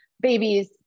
babies